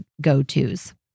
go-to's